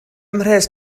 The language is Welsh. mhres